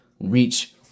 reach